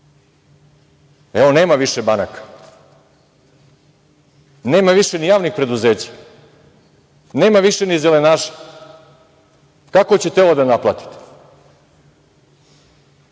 Evo, nema više banaka. Nema više ni javnih preduzeća. Nema više ni zelenaša. Kako ćete ovo da naplatite?